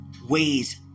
ways